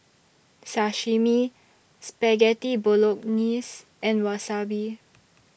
Sashimi Spaghetti Bolognese and Wasabi